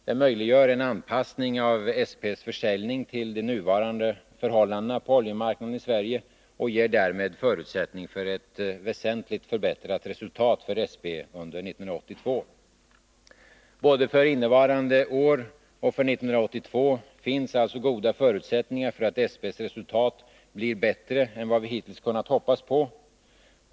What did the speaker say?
Det möjliggör en anpassning av SP:s försäljning till de nuvarande förhållandena på oljemarknaden i Sverige och ger därmed förutsättning för ett väsentligt förbättrat resultat för SP under 1982. Både för innevarande år och för 1982 finns det alltså goda förutsättningar för att SP:s resultat blir bättre än vad vi hittills kunnat hoppas på.